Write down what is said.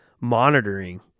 monitoring